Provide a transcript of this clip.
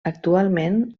actualment